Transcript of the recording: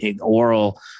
oral